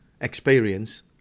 experience